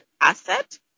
asset